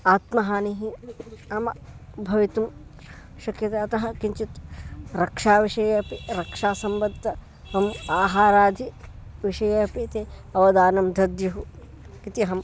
आत्महानिः नाम भवितुं शक्यते अतः किञ्चित् रक्षाविषये अपि रक्षा सम्बद्धम् अहम् आहारादिविषये अपि ते अवधानं दद्युः इति अहं